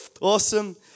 Awesome